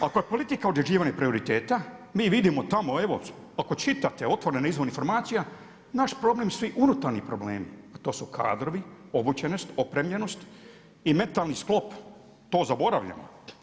Ako je politika određivanja prioriteta, mi vidimo tamo evo ako čitate otvoren izvor informacija, naš problem svi unutarnji problem, a to su kadrovi, obučenost, opremljenost i mentalni sklop, to zaboravljamo.